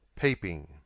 peeping